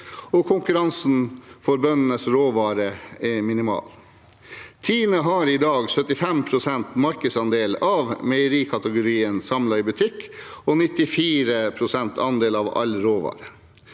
konkurransen for bøndenes råvarer er minimal. TINE har i dag 75 pst. markedsandel av meierikategorien samlet i butikk og 94 pst. andel av all råvare.